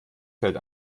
fällt